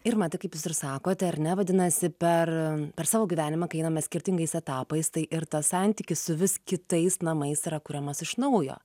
irma tai kaip jūs ir sakote ar ne vadinasi per per savo gyvenimą kai einame skirtingais etapais tai ir tas santykis su vis kitais namais yra kuriamas iš naujo